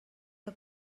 que